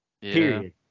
Period